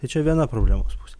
tai čia viena problemos pusė